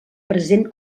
present